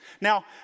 Now